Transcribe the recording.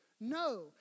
No